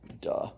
duh